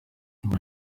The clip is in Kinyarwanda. nyuma